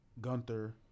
Gunther